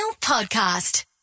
podcast